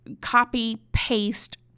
copy-paste